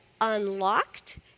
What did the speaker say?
unlocked